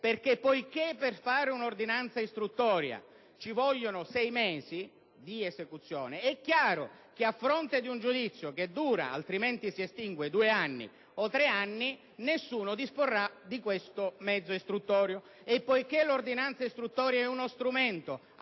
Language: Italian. poiché per fare un'ordinanza istruttoria occorrono sei mesi di esecuzione, è chiaro che, a fronte di un giudizio che dura - altrimenti si estingue - due o tre anni, nessuno disporrà questo mezzo istruttorio. E poiché l'ordinanza istruttoria è uno strumento